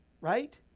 Right